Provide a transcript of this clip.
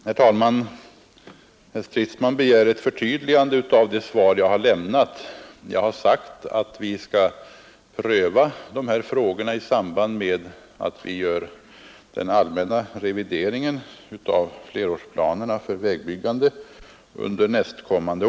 Herr talman! Herr Stridsman begär ett förtydligande av det svar jag har lämnat. Jag har sagt att vi skall pröva de här frågorna i samband med att vi under nästa år gör den allmänna revideringen av flerårsplanerna för vägbyggandet.